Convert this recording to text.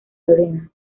lorena